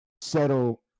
settle